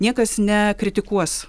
niekas nekritikuos